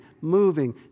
moving